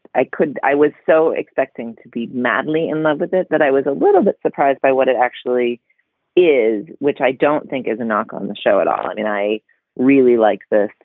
i couldn't. i was so expecting to be madly in love with it that i was a little bit surprised by what it actually is. which i don't think is a knock on the show at all. i mean, i really like this.